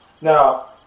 Now